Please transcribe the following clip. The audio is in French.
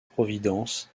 providence